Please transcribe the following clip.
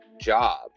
job